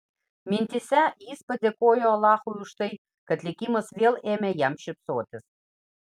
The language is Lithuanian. mintyse jis padėkojo alachui už tai kad likimas vėl ėmė jam šypsotis